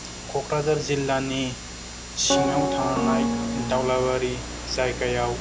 क'क्राझार जिल्लानि सिङाव थानाय दावलाबारि जायगायाव